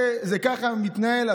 זה ככה מתנהל.